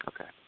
Okay